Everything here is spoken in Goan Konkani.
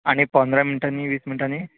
आनी पंदरा मिनटांनी वीस मिनटांनी